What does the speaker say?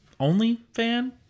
OnlyFan